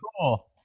cool